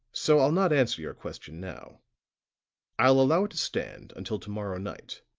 so i'll not answer your question now i'll allow it to stand until to-morrow night